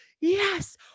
yes